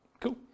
Cool